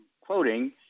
quoting